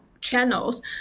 channels